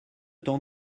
temps